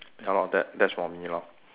ya lor that that's for me lor